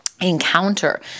Encounter